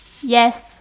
yes